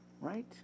right